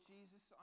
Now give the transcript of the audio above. Jesus